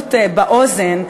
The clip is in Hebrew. בהתקבלות באוזן,